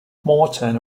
morton